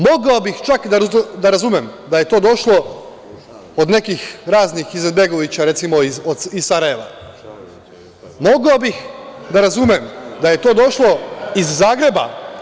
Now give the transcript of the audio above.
Mogao bih čak da razumem da je to došlo od nekih raznih Izetbegovića iz Sarajeva, mogao bih da razumem da je to došlo iz Zagreba.